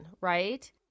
right